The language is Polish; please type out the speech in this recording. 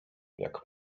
jak